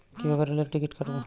কিভাবে রেলের টিকিট কাটব?